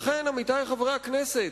לכן, עמיתי חברי הכנסת,